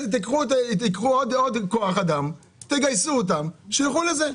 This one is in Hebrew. תגייסו עוד כוח אדם כדי לאכוף את זה.